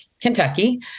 Kentucky